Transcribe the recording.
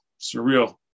surreal